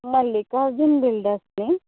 Mallikarjun builders न्ही